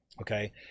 Okay